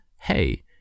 Hey